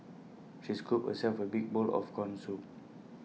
she scooped herself A big bowl of Corn Soup